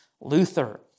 Luther